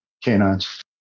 Canines